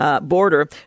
border